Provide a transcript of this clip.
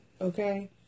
okay